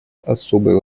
особой